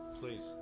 please